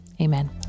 Amen